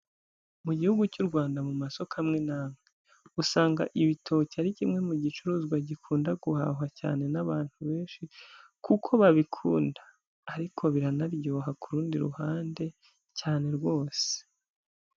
Mu gihugu cy'u Rwanda, mu masoko amwe n'amwe, usanga ibitoki ari kimwe mu gicuruzwa gikunda guhahwa cyane n'abantu benshi, kuko babikunda, ariko biranaryoha ku rundi ruhande cyane rwose.